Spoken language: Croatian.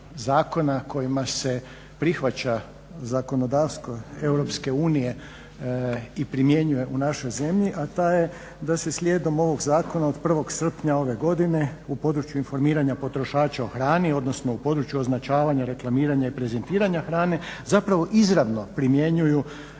zakona kojima se prihvaća zakonodavstvo EU i primjenjuje u našoj zemlji, a ta je da se slijedom ovog zakona od 1. srpnja ove godine u području informiranja potrošača o hrani, odnosno o području označavanja, reklamiranja i prezentiranja hrane zapravo izravno primjenjuju